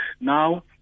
Now